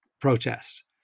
protests